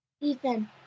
Ethan